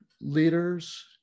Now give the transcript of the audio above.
leaders